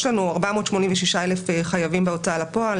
יש לנו 486,000 חייבים בהוצאה לפועל.